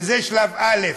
וזה שלב א'.